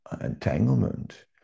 entanglement